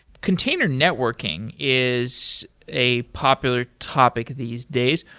container networking is a popular topic these days.